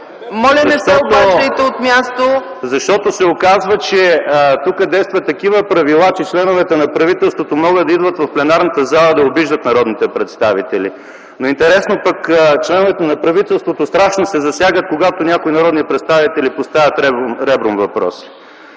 Моля, не се обаждайте от място! ЕМИЛ ВАСИЛЕВ: Оказва се, че тук действат такива правила, че членовете на правителството могат да идват в пленарната зала и да обиждат народните представители. Интересно е обаче, че членовете на правителството страшно се засягат, когато някои народни представители поставят ребром въпроса.